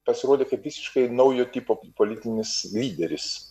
pasirodė kaip visiškai naujo tipo politinis lyderis